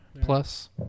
plus